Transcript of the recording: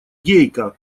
гейка